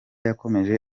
yakomeje